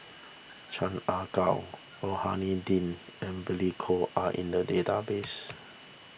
Chan Ah Kow Rohani Din and Billy Koh are in the database